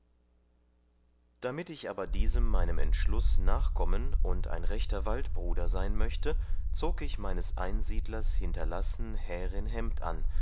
damit ich aber diesem meinem entschluß nachkommen und ein rechter waldbruder sein möchte zog ich meines einsiedlers hinterlassen härin hembd an